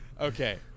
Okay